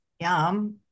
Yum